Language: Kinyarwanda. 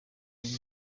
rwego